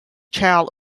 child